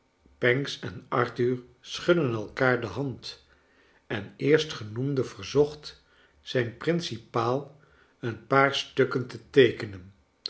pancks en arthur schudden elkaar de hand en cerstgenoemde verzocht zijn principaal een paar stukken te teekenen